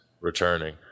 returning